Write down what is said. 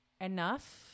enough